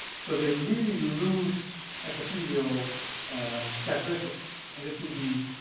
so, they really lose epithelial characteristics. and this would be.